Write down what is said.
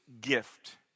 gift